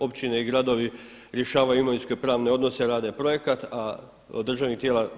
Općine i gradovi rješavaju imovinskopravne odnose, rade projekat, a od državnih tijela.